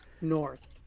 North